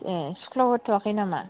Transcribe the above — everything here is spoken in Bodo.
ए स्कुलाव हरथ'याखै नामा